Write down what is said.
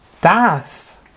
Das